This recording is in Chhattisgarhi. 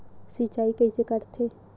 सिंचाई कइसे करथे?